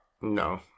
No